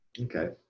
Okay